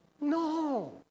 No